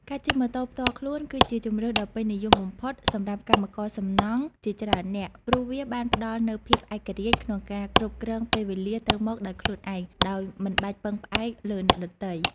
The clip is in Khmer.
ការជិះម៉ូតូផ្ទាល់ខ្លួនគឺជាជម្រើសដ៏ពេញនិយមបំផុតសម្រាប់កម្មករសំណង់ជាច្រើននាក់ ព្រោះវាបានផ្តល់នូវភាពឯករាជ្យក្នុងការគ្រប់គ្រងពេលវេលាទៅមកដោយខ្លួនឯង ដោយមិនបាច់ពឹងផ្អែកលើអ្នកដទៃ។